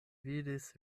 vidis